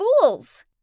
Fools